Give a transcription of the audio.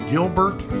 Gilbert